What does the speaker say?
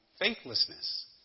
faithlessness